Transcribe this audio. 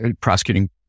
prosecuting